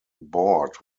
board